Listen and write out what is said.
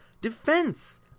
Defense